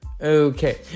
Okay